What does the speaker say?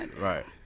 right